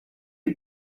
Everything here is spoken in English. you